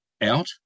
out